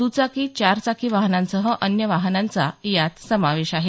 दुचाकी चारचाकी वाहनांसह अन्य वाहनांचा यात समावेश आहे